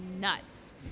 nuts